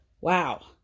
Wow